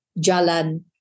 Jalan